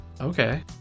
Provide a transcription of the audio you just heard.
okay